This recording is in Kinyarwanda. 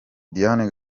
diane